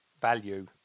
value